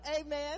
amen